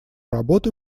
работы